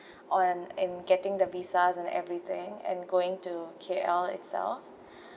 on and getting the visas and everything and going to K_L itself